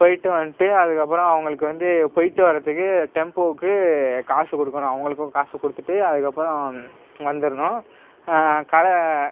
போயிட்டு வந்துட்டு அதுக்கப்புறம் அவங்களுக்கு வந்து போயிட்டு வரதுக்கு டெம்போவுக்கு காசு கொடுக்கணும் அவங்களுக்கும் காசு கொடுத்துட்டு அதுக்கப்புறம் வந்துடணும் களை